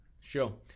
sure